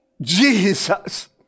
Jesus